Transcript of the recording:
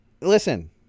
Listen